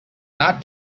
not